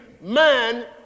man